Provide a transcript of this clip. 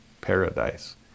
paradise